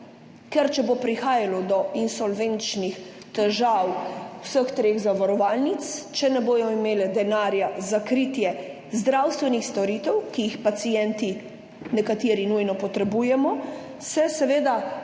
Ker če bo prihajalo do insolvenčnih težav vseh treh zavarovalnic, če ne bodo imele denarja za kritje zdravstvenih storitev, ki jih pacienti, nekateri nujno potrebujemo, se seveda